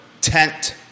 Tent